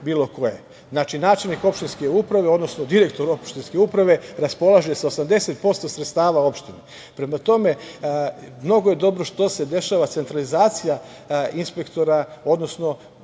Znači, načelnik opštinske uprave, odnosno direktor opštinske uprave raspolaže sa 80% sredstava opštine. Prema tome, mnogo je dobro što se dešava centralizacija inspektora, odnosno